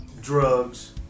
drugs